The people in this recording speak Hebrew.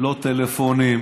לא טלפונים,